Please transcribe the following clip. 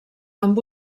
amb